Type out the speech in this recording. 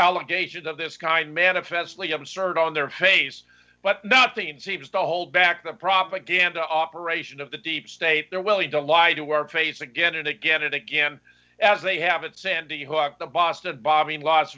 allegations of this kind manifestly absurd on their face but nothing seems to hold back the propaganda operation of the deep state they're willing to lie to our face again and again and again as they have it sandy hook the boston bombing las